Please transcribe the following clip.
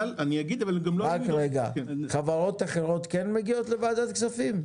אבל גם לא --- חברות אחרות כן מגיעות לוועדת כספים?